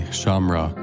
shamra